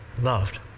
loved